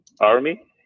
army